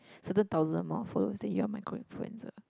certain thousand more followers then you are micro influencer